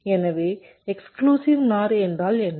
எனவே exclusive NOR என்றால் என்ன